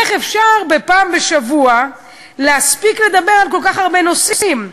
איך אפשר בפעם בשבוע להספיק לדבר על כל כך הרבה נושאים,